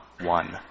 one